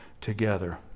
together